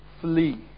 Flee